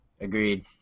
Agreed